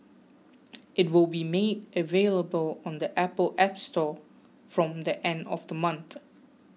it will be made available on the Apple App Store from the end of the month